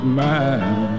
man